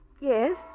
Yes